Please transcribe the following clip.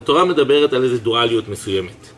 התורה מדברת על איזו דואליות מסוימת